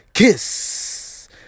Kiss